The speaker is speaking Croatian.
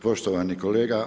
Poštovani kolega.